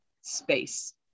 space